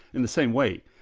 in the same way,